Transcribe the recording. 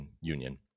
Union